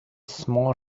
small